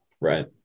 Right